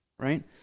Right